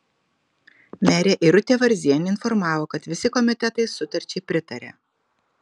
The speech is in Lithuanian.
merė irutė varzienė informavo kad visi komitetai sutarčiai pritarė